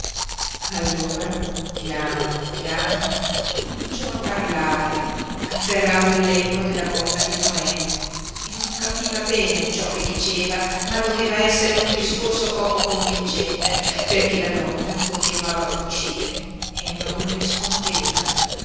allora piano piano cominciò a parlare afferrando il lembo della gonna di noemi e non capiva bene ciò che diceva ma doveva essere un discorso poco convincente perché la donna continuava a cucire e non rispondeva